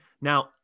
Now